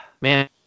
man